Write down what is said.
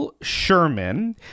Sherman